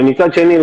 ומצד שני,